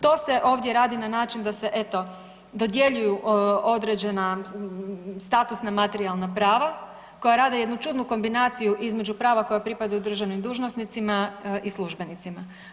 To se ovdje radi na način da se eto dodjeljuju određena statusna materijalna prava koja rade jednu čudnu kombinaciju između prava koja pripadaju državnim dužnosnicima i službenicima.